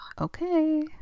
okay